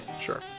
Sure